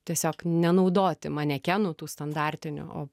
tiesiog nenaudoti manekenų tų standartinių o